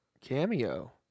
cameo